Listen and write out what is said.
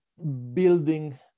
building